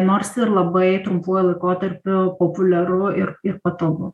nors ir labai trumpuoju laikotarpiu populiaru ir ir patogu